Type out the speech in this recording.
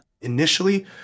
Initially